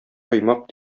коймак